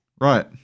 Right